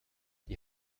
die